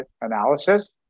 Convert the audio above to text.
analysis